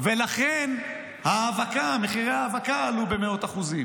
לכן מחירי ההאבקה עלו במאות אחוזים.